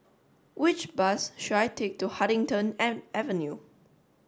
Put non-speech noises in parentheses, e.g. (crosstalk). which bus should I take to Huddington (unintelligible) Avenue